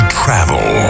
travel